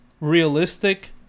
realistic